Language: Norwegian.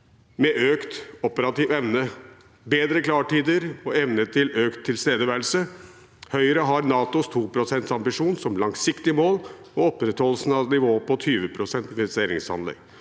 med økt operativ evne, bedre klartider og evne til økt tilstedeværelse. Høyre har NATOs 2 pst.-ambisjon som langsiktig mål og opprettholdelsen av nivået på minst 20 pst. investeringsandel.